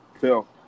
Phil